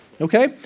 Okay